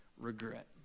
regret